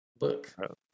Look